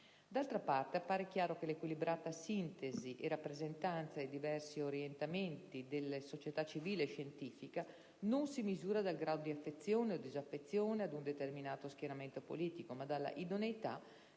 D'altra parte, appare chiaro che l'equilibrata sintesi e rappresentanza dei diversi orientamenti della società civile e scientifica non si misurano dal grado di affezione o disaffezione ad un determinato schieramento politico, ma dalla idoneità